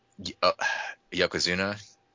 Yokozuna